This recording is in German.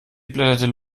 blätterte